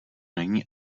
není